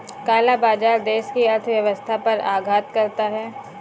काला बाजार देश की अर्थव्यवस्था पर आघात करता है